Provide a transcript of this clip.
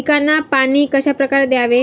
पिकांना पाणी कशाप्रकारे द्यावे?